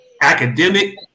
Academic